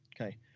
Okay